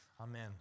Amen